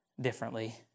differently